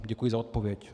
Děkuji za odpověď.